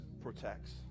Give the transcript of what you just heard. protects